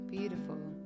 Beautiful